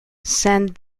sent